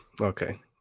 okay